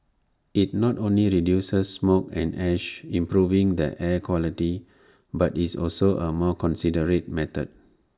IT not only reduces smoke and ash improving the air quality but is also A more considerate method